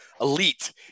Elite